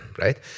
right